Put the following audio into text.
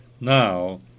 now